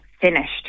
finished